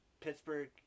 Pittsburgh